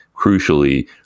crucially